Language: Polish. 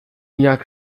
jak